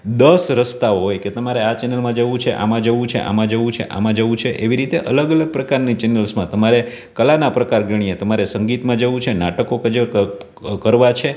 દસ રસ્તાઓ હોય કે તમારે આ ચેનલમાં જવું છે આમાં જવું છે આમાં જવું છે આમાં જવું છે એવી રીતે અલગ અલગ પ્રકારની ચેનલ્સમાં તમારે કળાનાં પ્રકાર ગણીએ તમારે સંગીતમાં જવું છે નાટકો કરવાં છે